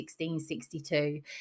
1662